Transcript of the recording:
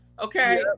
Okay